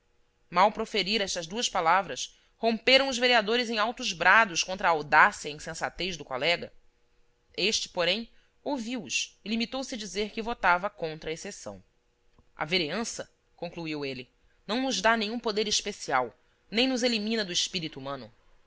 mal proferira estas duas palavras romperam os vereadores em altos brados contra a audácia e insensatez do colega este porem ouviu os e limitou-se a dizer que votava contra a exceção a vereança concluiu ele não nos dá nenhum poder especial nem nos elimina do espírito humano